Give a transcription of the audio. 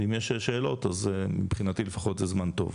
ואם יש שאלות אז מבחינתי לפחות זה זמן טוב.